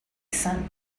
son